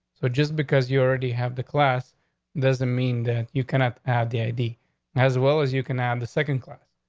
so just because you already have the class doesn't mean that you cannot add the i d as well as you can have the second class.